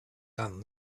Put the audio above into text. done